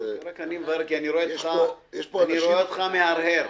רק אני מברר, כי אני רואה אותך מהרהר.